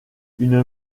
une